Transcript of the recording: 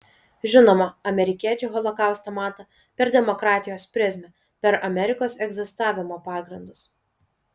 žinoma amerikiečiai holokaustą mato per demokratijos prizmę per amerikos egzistavimo pagrindus